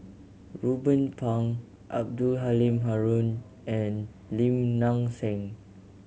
Ruben Pang Abdul Halim Haron and Lim Nang Seng